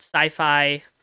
sci-fi